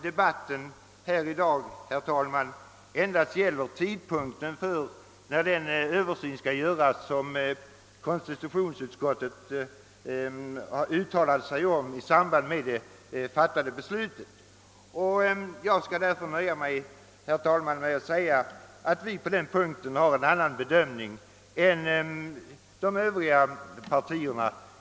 Debatten i dag, herr talman, gäller endast tidpunkten när den översyn skall göras som konstitutionsutskottet har uttalat sig om i samband med att beslutet om partistödet fattades. Jag skall nöja mig, herr talman, med att säga att vi på den punkten har en annan bedömning än de övriga partierna.